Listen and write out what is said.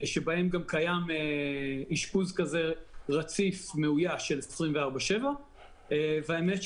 שבהם גם קיים אשפוז רציף מאויש 24/7. האמת היא